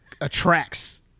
attracts